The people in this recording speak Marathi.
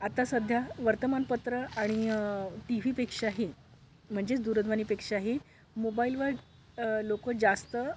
आता सध्या वर्तमानपत्र आणि टी व्हीपेक्षाही म्हणजेच दूरध्वनीपेक्षाही मोबाइलवर लोक जास्त